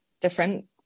different